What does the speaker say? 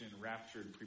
raptured